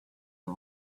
the